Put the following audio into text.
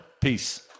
Peace